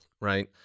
right